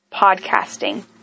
podcasting